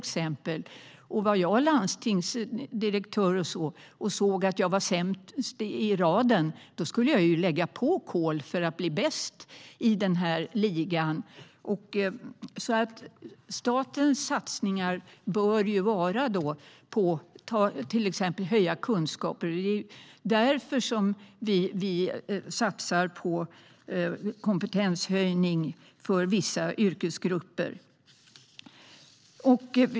Vore jag landstingsdirektör och såg att jag var sämst i raden skulle jag lägga på ett kol för att bli bäst i ligan. Staten bör satsa på att höja kunskaper. Det är därför vi satsar på kompetenshöjning för vissa yrkesgrupper.